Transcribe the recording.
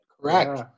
Correct